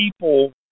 people